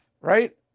right